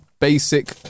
Basic